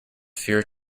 fear